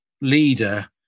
leader